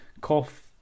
cough